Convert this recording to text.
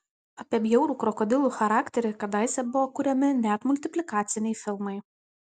apie bjaurų krokodilų charakterį kadaise buvo kuriami net multiplikaciniai filmai